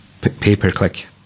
pay-per-click